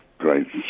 Great